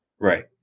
right